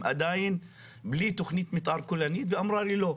עדיין בלי תכנית מתאר כוללנית' והיא אמרה לי 'לא'.